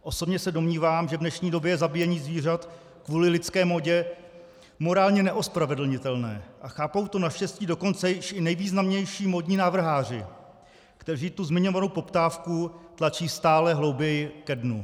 Osobně se domnívám, že v dnešní době zabíjení zvířat kvůli lidské módě je morálně neospravedlnitelné, a chápou to naštěstí dokonce i nejvýznamnější módní návrháři, kteří tu zmiňovanou poptávku tlačí stále hlouběji ke dnu.